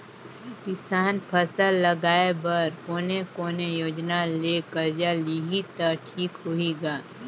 किसान फसल लगाय बर कोने कोने योजना ले कर्जा लिही त ठीक होही ग?